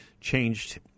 Changed